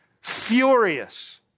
Furious